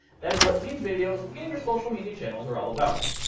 that is what these videos and our social media channels are all about.